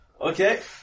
Okay